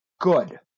good